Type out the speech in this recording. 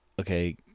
okay